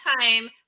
time